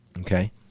Okay